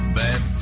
bad